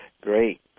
Great